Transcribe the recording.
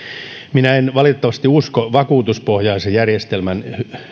minä en valitettavasti usko vakuutuspohjaisen järjestelmän